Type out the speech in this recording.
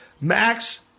Max